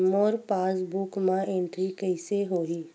मोर passbook मा entry कइसे होही?